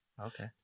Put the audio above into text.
Okay